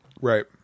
Right